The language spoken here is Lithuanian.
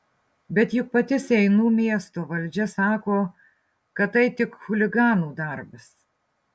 bet juk pati seinų miesto valdžia sako kad tai tik chuliganų darbas